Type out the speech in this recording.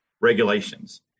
regulations